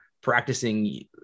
practicing